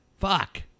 fuck